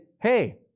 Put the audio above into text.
Hey